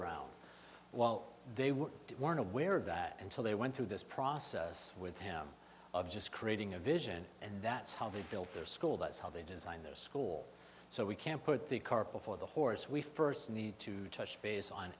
around while they were aware of that until they went through this process with him of just creating a vision and that's how they built their school that's how they design their school so we can put the cart before the horse we first need to touch base on